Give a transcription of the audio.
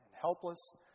helpless